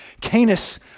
Canis